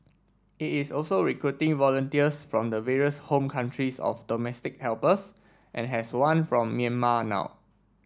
it is also recruiting volunteers from the various home countries of domestic helpers and has one from Myanmar now